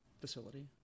Facility